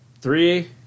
three